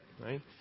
right